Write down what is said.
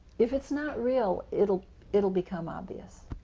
if it's not real, it will it will become obvious,